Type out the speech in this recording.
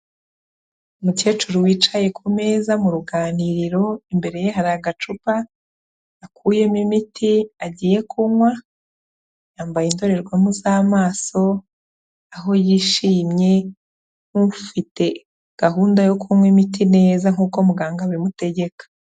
Umukecuru wicaye ku meza mu ruganiriro imbere ye hari agacupa akuyemo imiti agiye kunywa, yambaye indorerwamo z'amaso aho yishimye nk'ufite gahunda yo kunywa imiti neza nk'uko muganga abimutegeka.